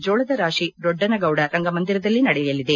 ಜೋಳದರಾಶಿ ದೊಡ್ಡನಗೌಡ ರಂಗ ಮಂದಿರದಲ್ಲಿ ನಡೆಲಿದೆ